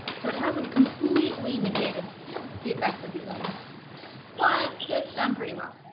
so it it hasn't completely negated the effects of the illness but it's done pretty well